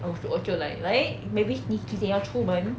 我我就 like 来 maybe 你几点要出门